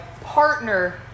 partner